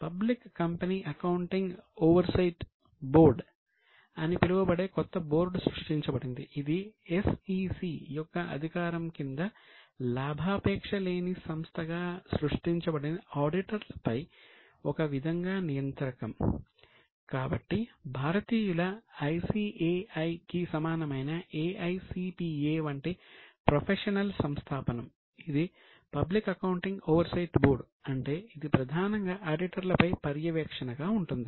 public company accounting oversight board అంటే ఇది ప్రధానంగా ఆడిటర్లపై పర్యవేక్షణగా ఉంటుంది